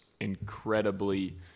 incredibly